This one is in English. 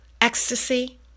ecstasy